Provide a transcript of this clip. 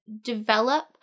develop